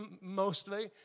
mostly